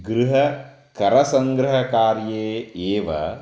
गृहकरसङ्ग्रहकार्ये एव